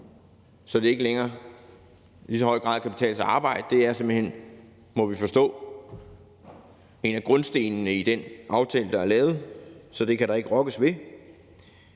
så det ikke længere i så høj grad kan betale sig at arbejde. Det er simpelt hen, må vi forstå, en af grundstenene i den aftale, der er lavet, så det kan der ikke rokkes ved.